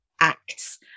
acts